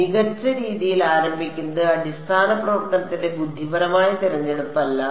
അതിനാൽ മികച്ച രീതിയിൽ ആരംഭിക്കുന്നത് അടിസ്ഥാന പ്രവർത്തനത്തിന്റെ ബുദ്ധിപരമായ തിരഞ്ഞെടുപ്പല്ല